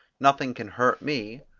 nothing can hurt me.